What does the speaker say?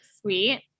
Sweet